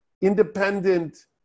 independent